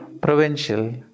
provincial